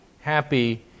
happy